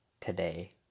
today